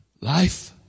Life